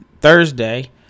Thursday